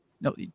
No